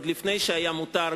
עוד לפני שהיה מותר,